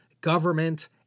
government